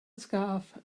scarf